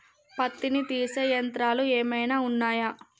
పత్తిని తీసే యంత్రాలు ఏమైనా ఉన్నయా?